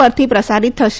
પરથી પ્રસારિત થશે